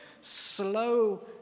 slow